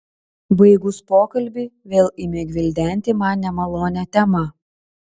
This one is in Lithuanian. baigus pokalbį vėl ėmė gvildenti man nemalonią temą